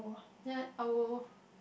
ya I will